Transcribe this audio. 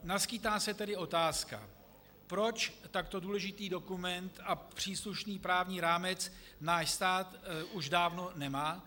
Naskýtá se tedy otázka: Proč takto důležitý dokument a příslušný právní rámec náš stát už dávno nemá?